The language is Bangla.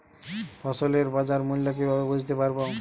ফসলের বাজার মূল্য কিভাবে বুঝতে পারব?